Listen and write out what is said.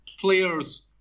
players